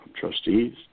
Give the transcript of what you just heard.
Trustees